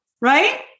right